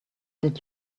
did